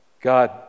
God